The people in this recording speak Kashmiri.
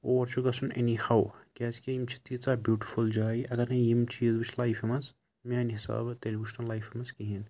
اور چھُ گژھُن انی ہَو کیٛازِکہِ یِم چھِ تیٖژاہ بیٛوٹِفل جایہِ اگر نہٕ یِم چیٖز وُچھ لایفہِ منٛز میٛانہِ حِسابہٕ تیٚلہِ وُچھ نہٕ لایفہِ منٛز کِہیٖنۍ